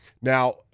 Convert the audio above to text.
Now